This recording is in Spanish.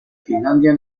finlandia